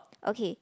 okay